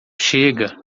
chega